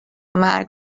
مرگ